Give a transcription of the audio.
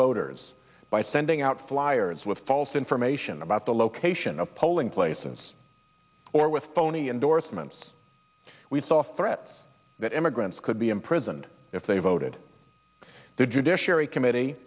voters by sending out flyers with false information about the location of polling places or with phony endorsements we saw frets that immigrants could be imprisoned if they voted the judiciary committee